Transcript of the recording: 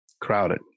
crowded